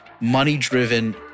money-driven